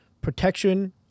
Protection